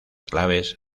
claves